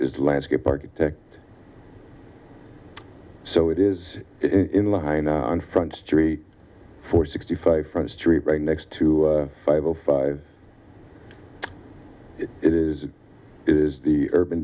is landscape architect so it is in line on front street for sixty five front street right next to five o five it is it is the urban